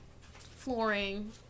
flooring